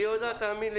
היא יודעת, תאמין לי.